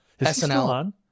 SNL